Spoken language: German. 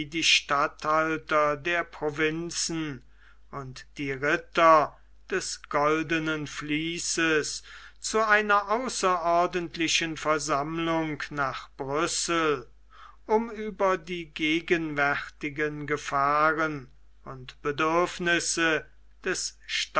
die statthalter der provinzen und die ritter des goldenen vließes zu einer außerordentlichen versammlung nach brüssel um über die gegenwärtigen gefahren und bedürfnisse des